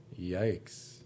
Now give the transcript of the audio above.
Yikes